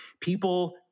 People